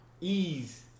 ease